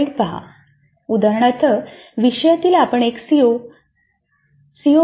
उदाहरणार्थ विषयातील आपण एक सीओ सीओ 5 पाहू